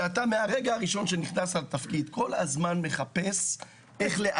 שאתה מהרגע הראשון שנכנסת לתפקיד כל הזמן מחפש איך לאזן.